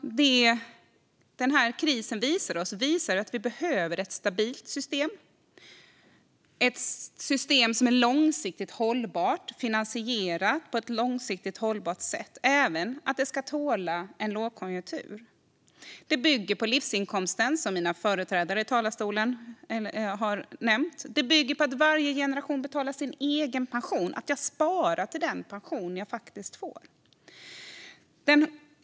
Den krisen visade oss att vi behöver ett stabilt system, som är långsiktigt hållbart och som finansieras på ett långsiktigt sätt. Det ska även tåla en lågkonjunktur. Systemet bygger nu på livsinkomsten, vilket mina företrädare i talarstolen har nämnt. Det bygger på att varje generation betalar sin egen pension, på att jag sparar till den pension som jag faktiskt får.